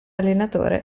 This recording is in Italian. allenatore